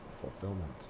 fulfillment